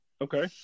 Okay